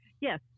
Yes